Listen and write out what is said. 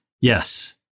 Yes